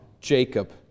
Jacob